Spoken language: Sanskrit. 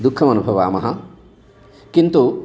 दुःखमनुभवामः किन्तु